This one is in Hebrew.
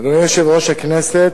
אדוני יושב-ראש הכנסת,